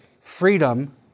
freedom